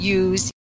use